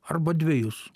arba dvejus